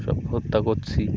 সব হত্যা করছি